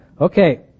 Okay